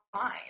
fine